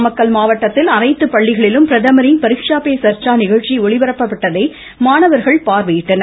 நாமக்கல் மாவட்டத்தில் அனைத்து பள்ளிகளிலும் பிரதமரின் பரிக்ஷா பே சர்ச்சா நிகழ்ச்சி ஒளிபரப்பப்பட்டதை மாணவர்கள் பார்வையிட்டனர்